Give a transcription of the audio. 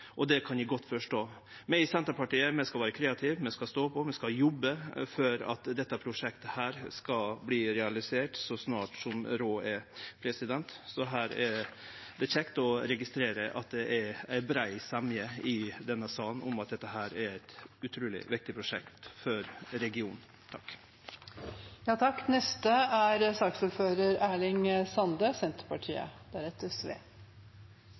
og det kan eg godt forstå. Vi i Senterpartiet skal vere kreative, vi skal stå på, vi skal jobbe for at dette prosjektet skal verte realisert så snart som råd er. Det er kjekt å registrere et det er brei semje i denne salen om at dette er eit utruleg viktig prosjekt for regionen. Eg vil først berre gjenta det som representanten Lien sa: Det er